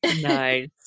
Nice